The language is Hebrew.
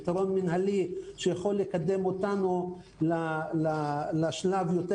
פתרון מנהלי שיכול לקדם אותנו לשלב יותר